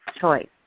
choice